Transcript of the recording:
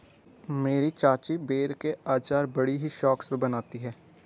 मेरी चाची बेर के अचार बड़ी ही शौक से बनाती है